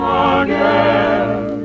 again